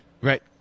Right